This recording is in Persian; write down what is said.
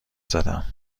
زدم